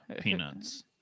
peanuts